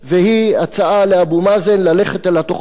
והוא הצעה לאבו מאזן ללכת על התוכנית,